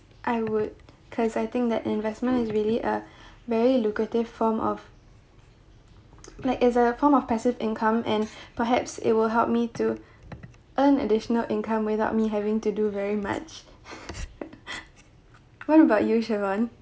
I would because I think that investment is really a very lucrative form of like is a form of passive income and perhaps it will help me to earn additional income without me having to do very much what about you chivonne